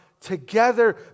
together